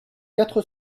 quatre